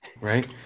Right